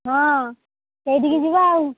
ହଁ ସେଇଠିକି ଯିବା ଆଉ